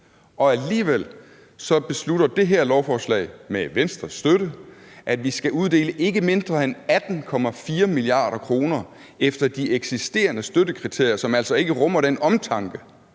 Og alligevel bestemmer det her lovforslag med Venstres støtte, at vi skal uddele ikke mindre end 18,4 mia. kr. efter de eksisterende støttekriterier, som altså ikke rummer den omtanke,